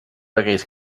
aquells